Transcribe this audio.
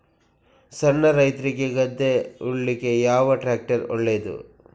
ಸಣ್ಣ ರೈತ್ರಿಗೆ ಗದ್ದೆ ಉಳ್ಳಿಕೆ ಯಾವ ಟ್ರ್ಯಾಕ್ಟರ್ ಒಳ್ಳೆದು?